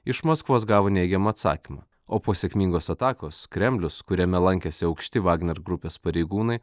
iš maskvos gavo neigiamą atsakymą o po sėkmingos atakos kremlius kuriame lankėsi aukšti vagner grupės pareigūnai